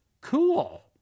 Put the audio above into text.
cool